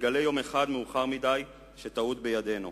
נגלה יום אחד, מאוחר מדי, שטעות בידנו.